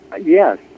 Yes